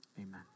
Amen